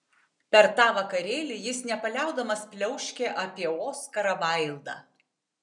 per tą vakarėlį jis nepaliaudamas pliauškė apie oskarą vaildą